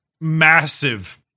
massive